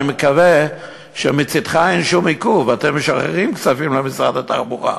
אני מקווה שמצדך אין שום עיכוב ואתם משחררים כספים למשרד התחבורה.